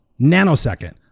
nanosecond